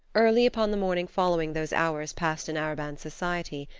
early upon the morning following those hours passed in arobin's society,